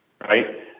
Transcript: Right